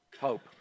hope